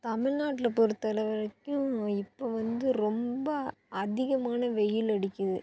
தமிழ்நாட்ல பொறுத்தளவு வரைக்கும் இப்போது வந்து ரொம்ப அதிகமான வெயில் அடிக்குது